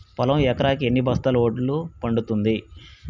పొలం ఎకరాకి ఎన్ని బస్తాల వడ్లు పండుతుంది?